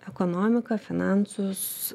ekonomiką finansus